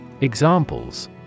Examples